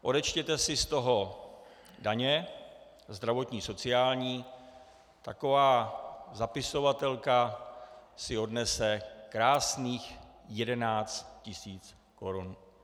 Odečtěte si z toho daně, zdravotní a sociální, taková zapisovatelka si odnese krásných 11 tisíc korun.